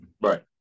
right